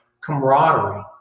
camaraderie